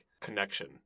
connection